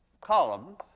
columns